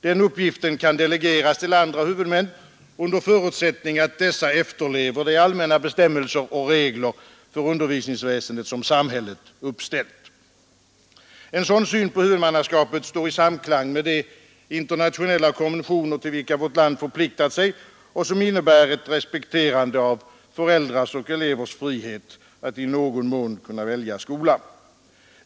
Den uppgiften kan delegeras till andra huvudmän, under förutsättning att dessa efterlever de allmänna bestämmelser och regler för undervisningsväsendet som samhället uppställt. En sådan syn på huvudmannaskapet står i samklang med de internationella konventioner till vilka vårt land förpliktat sig och innebär ett respekterande av föräldrars och elevers frihet att i någon mån kunna välja skola.